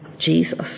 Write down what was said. Jesus